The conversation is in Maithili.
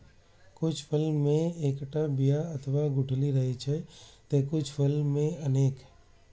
कुछ फल मे एक्केटा बिया अथवा गुठली रहै छै, ते कुछ फल मे अनेक